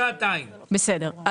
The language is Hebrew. בסדר,